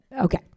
Okay